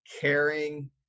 caring